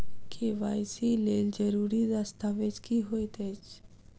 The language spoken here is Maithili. के.वाई.सी लेल जरूरी दस्तावेज की होइत अछि?